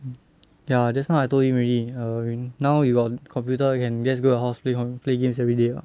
ya just now I told him already err now you got computer you can just go your house play comp play games everyday lah